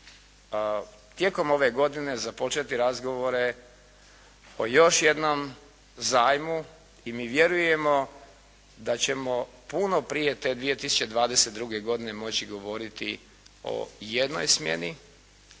tijekom ove godine započeti razgovore o još jednom zajmu i mi vjerujemo da ćemo puno prije te 2022. godine moći govoriti o jednoj smjeni,